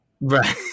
Right